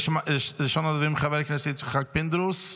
ראשון הדוברים, חבר הכנסת יצחק פינדרוס,